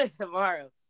tomorrow